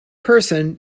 person